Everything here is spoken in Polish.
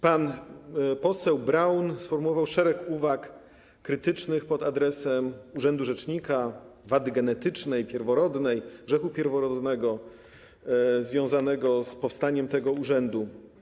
Pan poseł Braun sformułował szereg uwag krytycznych pod adresem urzędu rzecznika, wady genetycznej, grzechu pierworodnego związanego z powstaniem tego urzędu.